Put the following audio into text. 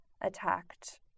attacked